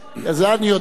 זה אני יודע.